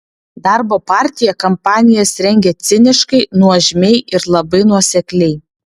darbo partija kampanijas rengia ciniškai nuožmiai ir labai nuosekliai